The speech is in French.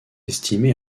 estimé